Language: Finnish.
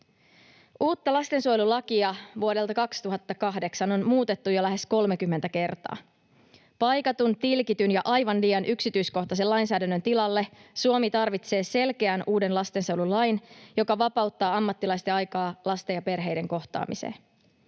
Uutta lastensuojelulakia vuodelta 2008 on muutettu jo lähes 30 kertaa. Paikatun, tilkityn ja aivan liian yksityiskohtaisen lainsäädännön tilalle Suomi tarvitsee selkeän uuden lastensuojelulain, joka vapauttaa ammattilaisten aikaa lasten ja perheiden kohtaamiseen.